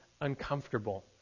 uncomfortable